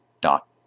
dot